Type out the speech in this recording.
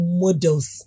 models